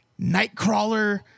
nightcrawler